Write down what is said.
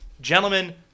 gentlemen